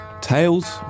tales